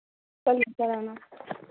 कल लेकर आना